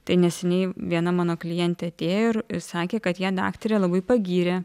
tai neseniai viena mano klientė atėjo ir sakė kad ją daktarė labai pagyrė